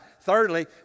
Thirdly